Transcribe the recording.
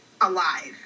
alive